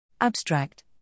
Abstract